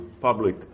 public